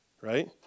right